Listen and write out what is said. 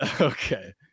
Okay